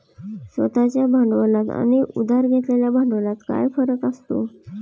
स्वतः च्या भांडवलात आणि उधार घेतलेल्या भांडवलात काय फरक असतो?